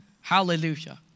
Hallelujah